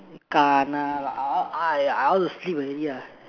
Kena I I I want to sleep already ah